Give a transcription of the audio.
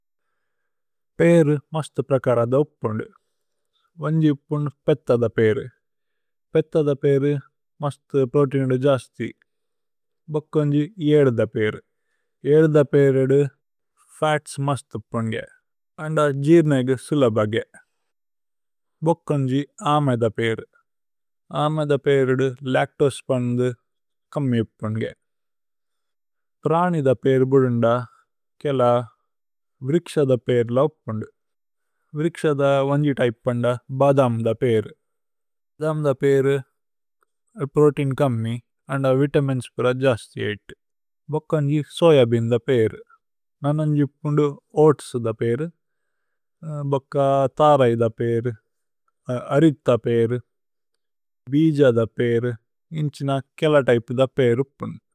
പീരു മസ്തു പ്രകാരാധു ഉപ്പുന്ദു വന്ജിപുനു। പേഥധു പീരു പേഥധു പീരു മസ്തു പ്രോതേഇനിധു। ജസ്ഥി ഭോക്കോന്ജി ഏധുധു പീരു ഏധുധു പീരുധു। ഫത്സ് മസ്തു പുന്ഗേ അന്ദ ജീര്നേഇഗു സുലപഗേ ഭോക്കോന്ജി। ആമേഥു പീരു ആമേഥു പീരുധു ലച്തോസേ പന്ന്ധു। കമ്മിപുന്ഗേ പ്രാനിധു പീരു ബുലുന്ദു കേല വിരിക്ശധു। പീരുല ഉപ്പുന്ദു വിരിക്ശധു വന്ജിതൈപ്പന്ധു। ബദമുധു പീരു ഭദമുധു പീരു പ്രോതേഇന് കമ്മി। അന്ദ വിതമിന്സ് പുര ജസ്ഥി ഏതു ഭോക്കോന്ജി സോയബേഅനുധു। പീരു നനന്ജിപുന്ദു ഓഅത്സുധു പീരു ഭോക്ക। ഥരൈധു പീരു അരിഥ പീരു ഭീജധു പീരു। ഏന്ഛിന കേല തൈപുധു പീരു ഉപ്പുന്ദു।